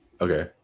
Okay